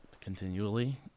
continually